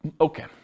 Okay